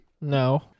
No